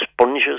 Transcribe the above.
sponges